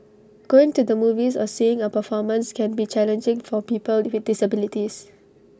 going to the movies or seeing A performance can be challenging for people with disabilities